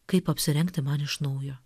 kaip apsirengti man iš naujo